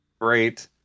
great